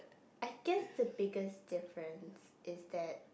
I guess the biggest difference is that